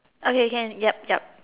okay can ya ya